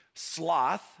Sloth